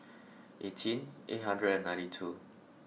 eighteen eight hundred and ninety two